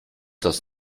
das